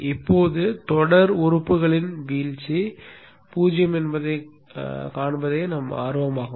இப்போது தொடர் உறுப்புகளின் வீழ்ச்சி 0 என்பதைக் காண்பதே நம் ஆர்வமாகும்